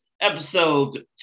episode